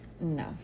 No